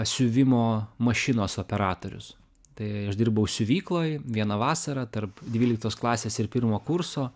siuvimo mašinos operatorius tai aš dirbau siuvykloj vieną vasarą tarp dvyliktos klasės ir pirmo kurso